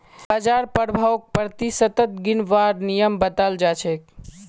बाजार प्रभाउक प्रतिशतत गिनवार नियम बताल जा छेक